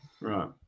Right